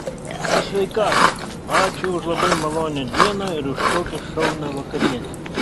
į sveikatą ačiū už labai malonią dieną ir už tokią šaunią vakarienę